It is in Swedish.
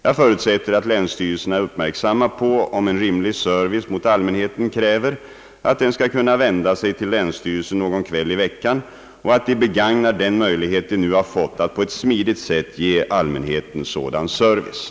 Jag förutsätter att länsstyrelserna är uppmärksamma på om en rimlig service mot allmänheten kräver att den skall kunna vända sig till länsstyrelsen någon kväll i veckan och att de begagnar den möjlighet de nu har fått att på ett smidigt sätt ge allmänheten sådan service.